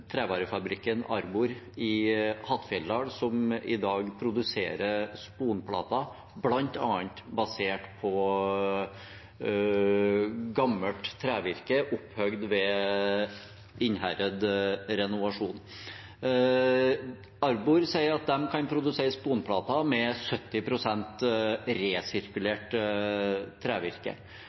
trevarefabrikken Arbor i Hattfjelldal som i dag produserer sponplater, bl.a. basert på gammelt trevirke opphugd ved Innherred Renovasjon. Arbor sier at de kan produsere sponplater med 70 pst. resirkulert trevirke.